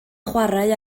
chwarae